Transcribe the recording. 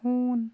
ہوٗن